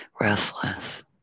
restless